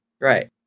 Right